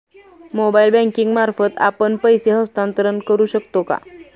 Mobile banking मार्फत आपण पैसे हस्तांतरण करू शकतो का?